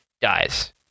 dies